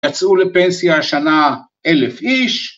‫יצאו לפנסיה השנה 1,000 איש.